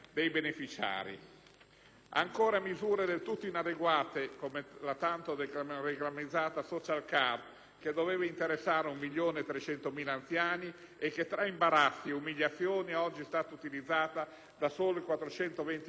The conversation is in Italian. Ancora misure del tutto inadeguate, come la tanto reclamizzata *social card* che doveva interessare 1.300.000 anziani, e che tra imbarazzi e umiliazioni ad oggi è stata utilizzata da soli 420.000 cittadini italiani